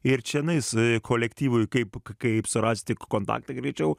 ir čenais kolektyvui kaip kaip surasti kontaktą greičiau